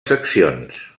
seccions